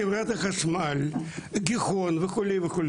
חברת החשמל וכדומה,